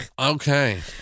Okay